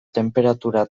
tenperatura